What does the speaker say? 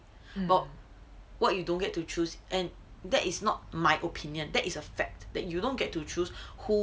but what you don't get to choose and that is not my opinion that is a fact that you don't get to choose who